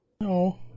No